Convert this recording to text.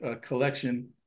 collection